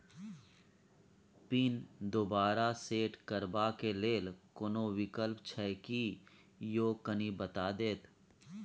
Pin दोबारा set करबा के लेल कोनो विकल्प छै की यो कनी बता देत?